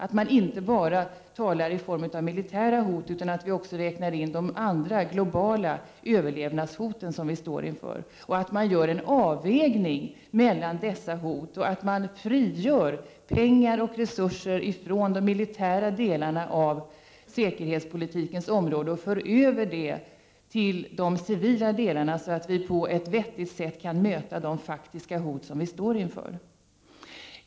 Vi får inte bara tala i termer av militära hot utan också räkna in de globala överlevnadshot som vi står inför. Det gäller att göra en avvägning mellan dessa hot samt frigöra pengar och andra resurser från de militära delarna av säkerhetspolitiken och föra över dem till de civila delarna. På så vis kan vi på ett vettigt sätt möta de faktiska hot som vi står inför.